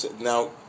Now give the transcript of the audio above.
Now